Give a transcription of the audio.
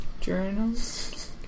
Journals